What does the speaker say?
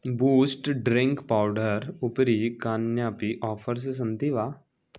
boost drink powder उपरि कान्यपि offers सन्ति वा